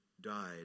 died